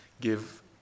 give